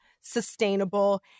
sustainable